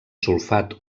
sulfat